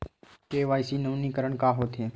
KYC नवीनीकरण का होथे?